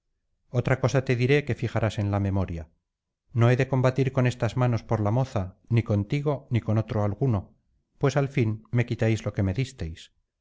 otra cosa te diré que fijarás en la memoria no he de combatir con estas manos por la moza ni contigo ni con otro alguno pues al fin me quitáis lo que me disteis